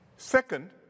Second